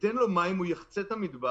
תן לו מים, הוא יחצה את המדבר,